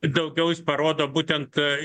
daugiau jis parodo būtent